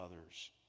others